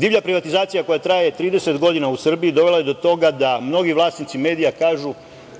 Divlja privatizacija koja traje 30 godina u Srbiji dovela je do toga da mnogi vlasnici medija kažu: